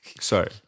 Sorry